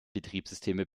betriebssysteme